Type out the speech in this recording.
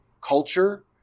culture